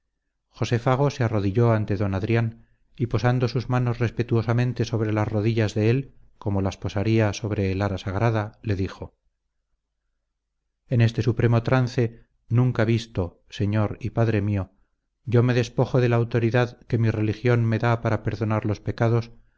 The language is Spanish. josé fago se arrodilló ante d adrián y posando sus manos respetuosamente sobre las rodillas de él como las posaría sobre el ara sagrada le dijo en este supremo trance nunca visto señor y padre mío yo me despojo de la autoridad que mi religión me da para perdonar los pecados